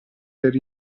per